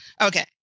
Okay